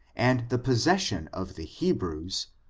and the possession of the hebrews,